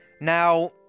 now